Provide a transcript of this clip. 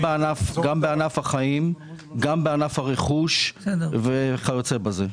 גם בענף החיים, גם בענף הרכוש וכיוצא בזה.